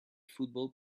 football